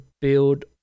build